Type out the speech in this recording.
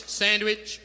sandwich